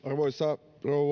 arvoisa rouva